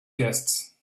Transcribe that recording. guests